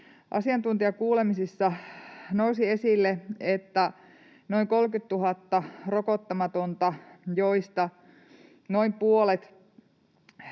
Asiantuntijakuulemisissa nousi esille, että noin 30 000 rokottamatonta, joista noin puolet